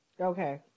Okay